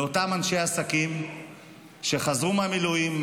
לאותם אנשי עסקים שחזרו מהמילואים,